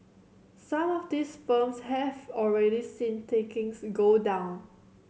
some of these firms have already seen takings go down